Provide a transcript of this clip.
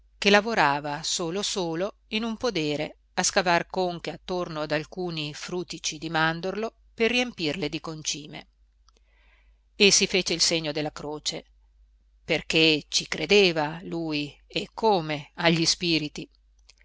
che lavorava solo solo in un podere a scavar conche attorno ad alcuni frutici di mandorlo per riempirle di concime e si fece il segno della croce perché ci credeva lui e come agli spiriti